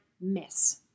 miss